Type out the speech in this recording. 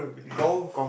golf